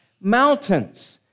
mountains